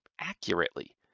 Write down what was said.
accurately